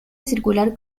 circular